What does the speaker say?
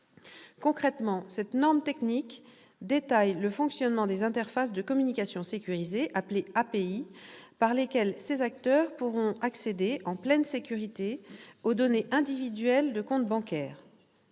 Concrètement, cette norme technique détaille le fonctionnement des interfaces de communication sécurisées, appelées « API », par lesquelles ces acteurs pourront accéder, en pleine sécurité, aux données individuelles de comptes bancaires.